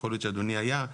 יכול להיות שאדוני היה.